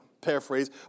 paraphrase